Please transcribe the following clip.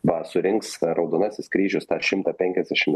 va surinks raudonasis kryžius dar šimtą penkiasdešimt